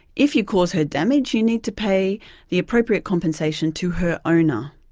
if he caused her damage, he needed to pay the appropriate compensation to her owner.